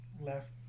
left